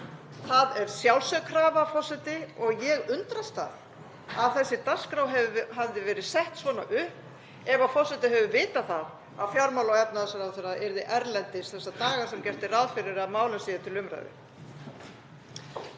Það er sjálfsögð krafa, forseti. Ég undrast það að þessi dagskrá hafi verið sett svona upp ef forseti hefur vitað það að fjármála- og efnahagsráðherra yrði erlendis þessa daga sem gert er ráð fyrir að málin séu til umræðu.